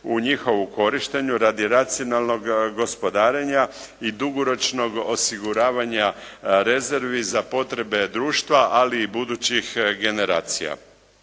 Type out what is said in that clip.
u njihovu korištenju radi racionalnog gospodarenja i dugoročnog osiguravanja rezervi za potrebe društva ali i budućih generacija.